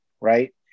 right